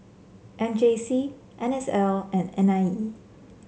M J C N S L and N I E